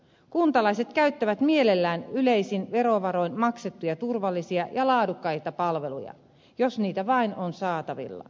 kuntalaiset käyttävät mielellään yleisin verovaroin maksettuja turvallisia ja laadukkaita palveluja jos niitä vain on saatavilla